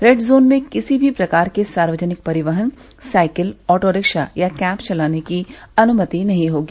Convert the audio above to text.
red zone में किसी भी प्रकार के सार्वजनिक परिवहन साइकिल ऑटो रिक्शा या कैब चलाने की अनुमति नहीं होगी